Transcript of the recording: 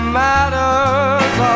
matters